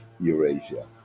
Eurasia